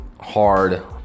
hard